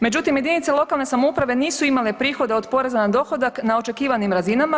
Međutim jedinice lokalne samouprave nisu imale prihode od poreza na dohodak na očekivanim razinama.